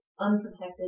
unprotected